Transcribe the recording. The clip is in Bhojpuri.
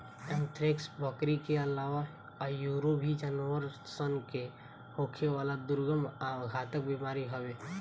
एंथ्रेक्स, बकरी के आलावा आयूरो भी जानवर सन के होखेवाला दुर्गम आ घातक बीमारी हवे